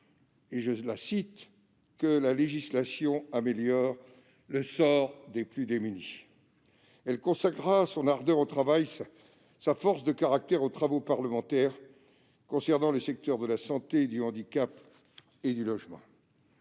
à ce « que la législation améliore le sort des plus démunis », elle consacra son ardeur au travail et sa force de caractère aux travaux parlementaires dans les secteurs de la santé, du handicap et du logement.